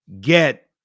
get